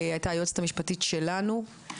הייתה היועצת המשפטית שלנו.